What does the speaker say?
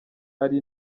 ari